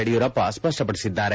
Yediyurappa ಸ್ಪಷ್ಪಡಿಸಿದ್ದಾರೆ